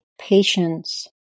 patience